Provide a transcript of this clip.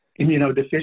Immunodeficiency